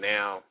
Now